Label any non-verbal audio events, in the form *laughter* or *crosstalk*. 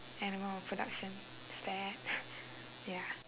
animal production is bad *noise* ya